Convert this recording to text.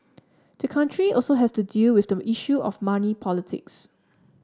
the country also has to deal with the issue of money politics